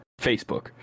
Facebook